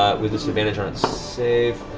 with disadvantage on its save.